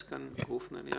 האם יש לכולם את הנוסח המעודכן?